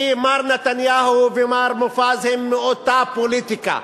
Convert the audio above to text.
כי מר נתניהו ומר מופז הם מאותה פוליטיקה.